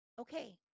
Okay